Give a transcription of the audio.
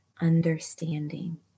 understanding